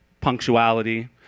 punctuality